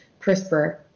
CRISPR